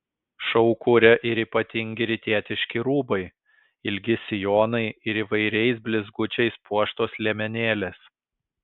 šou kuria ir ypatingi rytietiški rūbai ilgi sijonai ir įvairiais blizgučiais puoštos liemenėlės